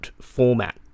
format